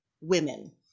women